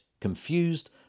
confused